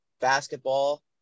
basketball